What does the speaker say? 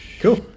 cool